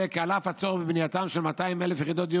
על אף הצורך בבנייתן של 200,000 יחידות דיור